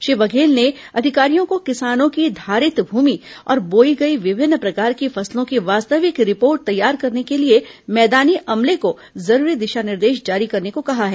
श्री बघेल ने अधिकारियों को किसानों की धारित भूमि और बोयी गई विभिन्न प्रकार की फसलों की वास्तविक रिपोर्ट तैयार करने के लिए मैदानी अमले को जरूरी दिशा निर्देश जारी करने को कहा है